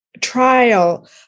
trial